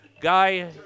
Guy